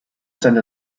send